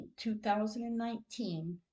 2019